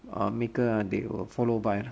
err maker ah they will follow by ah